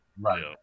Right